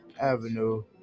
Avenue